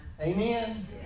Amen